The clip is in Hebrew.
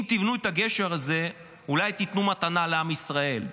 אם תבנו את הגשר הזה, אולי תיתנו מתנה לעם ישראל.